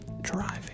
driving